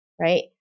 Right